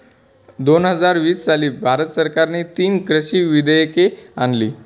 दोन हजार वीस साली भारत सरकारने तीन कृषी विधेयके आणली